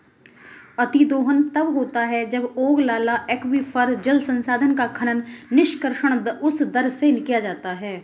अतिदोहन तब होता है जब ओगलाला एक्वीफर, जल संसाधन का खनन, निष्कर्षण उस दर से किया जाता है